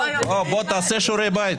תעשה שיעורי בית.